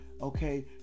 okay